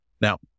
Now